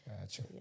Gotcha